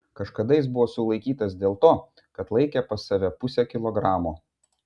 kažkada jis buvo sulaikytas dėl to kad laikė pas save pusę kilogramo